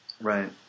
Right